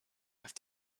have